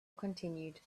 continued